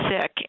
sick